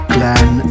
Glenn